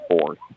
fourth